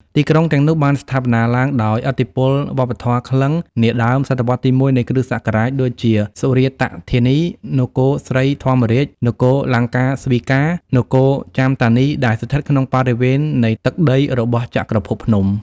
ទីក្រុងទាំងនោះបានស្ថាបនាឡើងដោយ ឥទ្ធិពលវប្បធម៌ក្លិង្គ នាដើមសតវត្សរ៍ទី១ នៃគ្រិស្តសករាជ ដូចជា សុរាតធានី នគរស្រី ធម្មរាជ នគរលង្កាស្វីកា នគរចាំតានី ដែលស្ថិតក្នុងបរិវេណនៃទឹកដីរបស់ ចក្រភពភ្នំ។